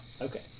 Okay